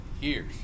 years